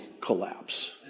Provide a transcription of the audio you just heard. collapse